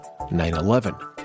9-11